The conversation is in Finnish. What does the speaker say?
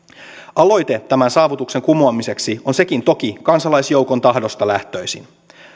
aloite tämän saavutuksen kumoamiseksi on sekin toki kansalaisjoukon tahdosta lähtöisin